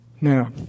Now